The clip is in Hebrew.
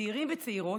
צעירים וצעירות,